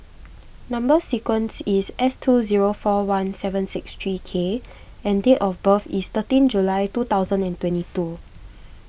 Number Sequence is S two zero four one seven six three K and date of birth is thirteen July two thousand and twenty two